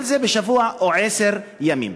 כל זה בשבוע או עשרה ימים.